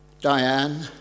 Diane